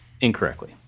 incorrectly